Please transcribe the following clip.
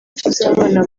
tuzabana